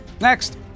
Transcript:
Next